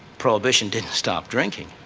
prohibition didn't stop drinking,